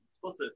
supposed